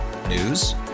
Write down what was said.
News